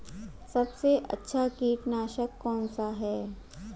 सबसे अच्छा कीटनाशक कौन सा है?